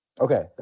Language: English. okay